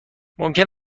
ممکن